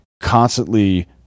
constantly